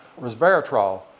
resveratrol